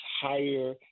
higher